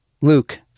Luke